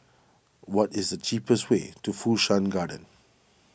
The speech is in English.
what is the cheapest way to Fu Shan Garden